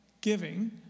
giving